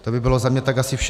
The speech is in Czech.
To by bylo za mě tak asi vše.